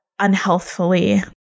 unhealthfully